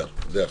מצוין, זה החדש.